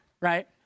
right